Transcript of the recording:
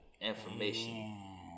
information